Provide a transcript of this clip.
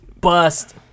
Bust